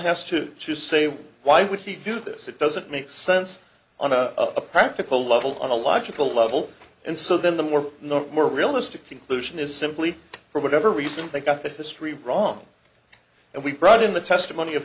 has to to say well why would he do this it doesn't make sense on a practical level on a logical level and so then them were not more realistic conclusion is simply for whatever reason they got the history wrong and we brought in the testimony of